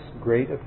great